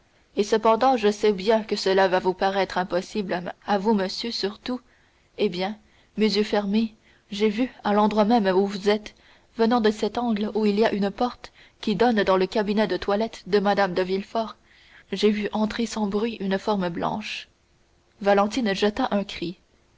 et cependant je sais bien que cela va vous paraître impossible à vous monsieur surtout eh bien mes yeux fermés j'ai vu à l'endroit même où vous êtes venant de cet angle où il y a une porte qui donne dans le cabinet de toilette de mme de villefort j'ai vu entrer sans bruit une forme blanche valentine jeta un cri